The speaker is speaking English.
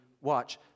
Watch